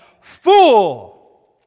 Fool